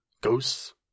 ghosts